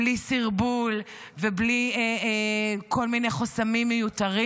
בלי סרבול ובלי כל מיני חסמים מיותרים.